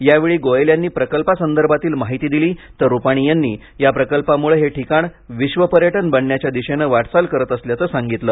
यावेळी गोयल यांनी प्रकल्पासंदर्भातील माहिती दिली तर रुपाणी यांनी या प्रकल्पामुळे हे ठिकाण विश्व पर्यटन बनण्याच्या दिशेने वाटचाल करत असल्याचं यावेळी सांगितलं